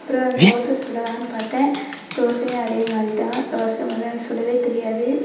அப்புறம் தோசை சுடலாம்னு பார்த்தேன் தோசையும் அதேமாதிரி தான் தோசை மொதல எனக்கு சுட தெரியாது